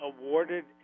awarded